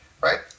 Right